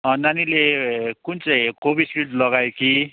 नानीले कुन चाहिँ कोभिसिल्ड लगायो कि